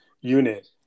unit